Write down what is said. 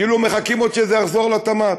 כאילו מחכים עוד שזה יחזור לתמ"ת.